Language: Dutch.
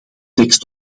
tekst